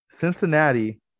Cincinnati